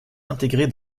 intégrée